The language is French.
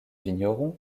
vignerons